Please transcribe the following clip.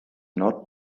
not